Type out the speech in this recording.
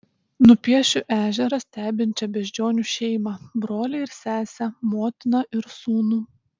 nupiešiu ežerą stebinčią beždžionių šeimą brolį ir sesę motiną ir sūnų